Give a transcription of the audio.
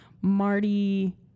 Marty